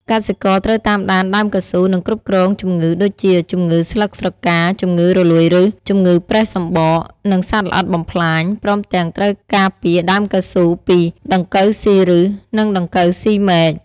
កសិករត្រូវតាមដានដើមកៅស៊ូ និងគ្រប់គ្រងជំងឺ ដូចជា ជំងឺស្លឹកស្រកា ជំងឺរលួយឫស ជំងឺប្រេះសំបក និងសត្វល្អិតបំផ្លាញ ព្រមទាំងត្រូវការពារដើមកៅស៊ូពី ដង្កូវស៊ីឫស និងដង្កូវស៊ីមែក។